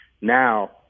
Now